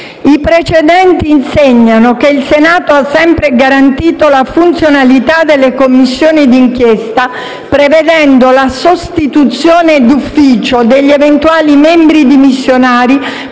I precedenti insegnano che il Senato ha sempre garantito la funzionalità delle Commissioni di inchiesta, prevedendo la sostituzione d'ufficio degli eventuali membri dimissionari